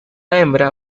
hembra